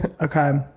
Okay